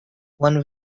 one